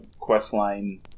questline